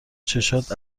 چشات